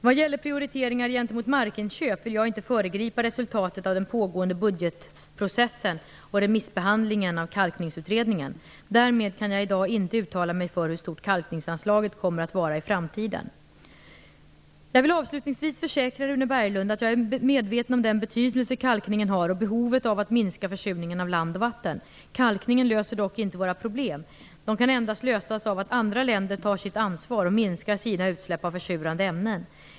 Vad gäller prioriteringar gentemot markinköp vill jag inte föregripa resultatet av den pågående budgetprocessen och remissbehandlingen av Kalkningsutredningen. Därmed kan jag i dag inte uttala mig för hur stort kalkningsanslaget kommer att vara i framtiden. Jag vill avslutningsvis försäkra Rune Berglund om att jag är medveten om den betydelse kalkningen har och behovet av att minska försurningen av land och vatten. Kalkningen löser dock inte våra problem. De kan endast lösas av att andra länder tar sitt ansvar och minskar sina utsläpp av försurande ämnen.